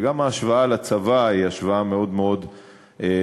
וגם ההשוואה לצבא היא השוואה מאוד מאוד בעייתית,